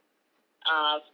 um